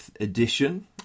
edition